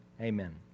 amen